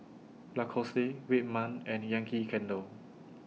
Lacoste Red Man and Yankee Candle